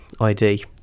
ID